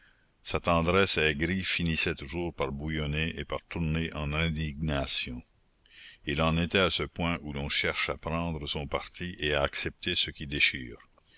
sa tendresse aigrie finissait toujours par bouillonner et par tourner en indignation il en était à ce point où l'on cherche à prendre son parti et à accepter ce qui déchire